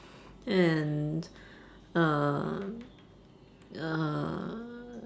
and uh uh